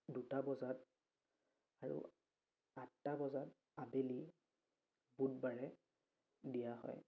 দুটা বজাত আৰু আঠটা বজাত আবেলি বুধবাৰে দিয়া হয়